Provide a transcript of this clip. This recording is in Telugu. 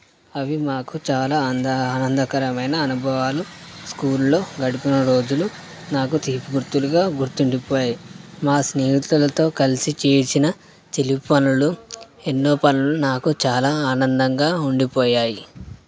అవి మాకు చాలా అందా ఆనందకరమైన అనుభవాలు స్కూల్లో గడిపిన రోజులు నాకు తీపి గుర్తులుగా గుర్తుండిపోయాయి మా స్నేహితులతో కలిసి చేసిన చిలిపి పనులు ఎన్నో పనులు నాకు చాలా ఆనందంగా ఉండిపోయాయి